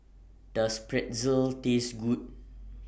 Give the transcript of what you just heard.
Does Pretzel Taste Good